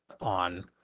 on